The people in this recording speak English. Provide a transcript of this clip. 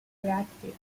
reactive